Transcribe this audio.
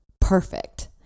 perfect